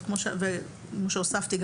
וכמו שהוספתי,